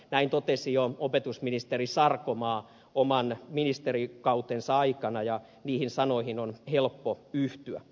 näin totesi jo opetusministeri sarkomaa oman ministerikautensa aikana ja niihin sanoihin on helppo yhtyä